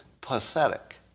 Pathetic